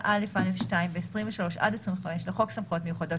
7א(א)(2) ו-23 עד 25 לחוק סמכויות מיוחדות